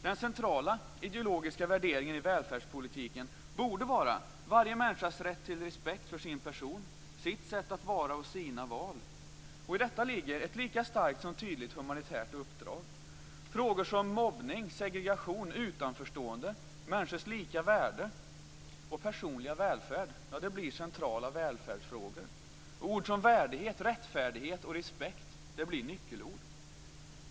Den centrala ideologiska värderingen i välfärdspolitiken borde vara varje människas rätt till respekt för sin person, sitt sätt att vara och sina val. I detta ligger ett lika starkt som tydligt humanitärt uppdrag. Frågor som mobbning, segregation, utanförstående, människors lika värde och personliga välfärd blir centrala välfärdsfrågor. Ord som värdighet, rättfärdighet och respekt blir nyckelord.